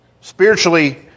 spiritually